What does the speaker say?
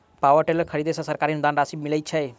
Power tiller खरीदे पर सरकारी अनुदान राशि मिलय छैय?